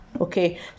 okay